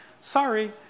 sorry